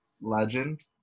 legend